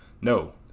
no